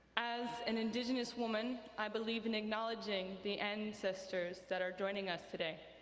as an indigenous woman i believe in acknowledging the ancestors that are joining us today.